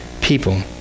people